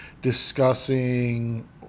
discussing